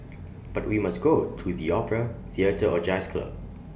but we must go to the opera theatre or jazz club